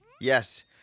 Yes